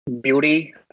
beauty